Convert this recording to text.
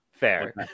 fair